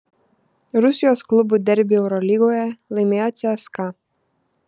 rusijos klubų derbį eurolygoje laimėjo cska